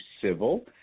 civil